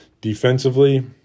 defensively